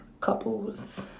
couples